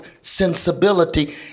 sensibility